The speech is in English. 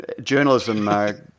journalism